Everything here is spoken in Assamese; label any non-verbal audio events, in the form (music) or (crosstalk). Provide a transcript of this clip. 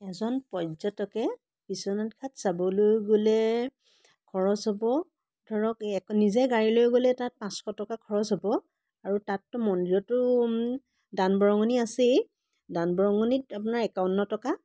এজন পৰ্যটকে বিশ্বনাথ ঘাট চাবলৈ গ'লে খৰচ হ'ব ধৰক এই (unintelligible) নিজে গাড়ী লৈ গ'লে তাত পাঁচশ টকা খৰচ হ'ব আৰু তাতটো মন্দিৰতো দান বৰঙণি আছেই দান বৰঙণিত আপোনাৰ একাৱন্ন টকা